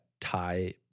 tie